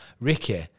Ricky